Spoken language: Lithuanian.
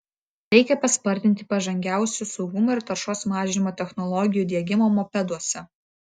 reikia paspartinti pažangiausių saugumo ir taršos mažinimo technologijų diegimą mopeduose